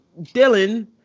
Dylan